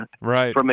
Right